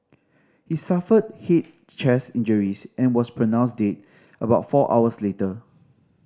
he suffered head chest injuries and was pronounced dead about four hours later